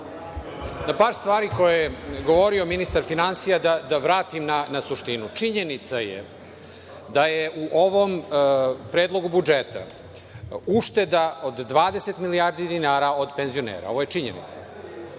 Par stvari koje je govorio ministar finansija govorio da vratim na suštinu. Činjenica je da je u ovom Predlogu budžeta ušteda od 20 milijardi dinara od penzionera. Ovo je činjenica.